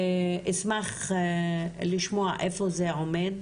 אשמח לשמוע איפה זה עומד,